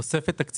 זה תוספת תקציבית.